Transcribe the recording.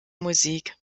musik